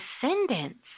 descendants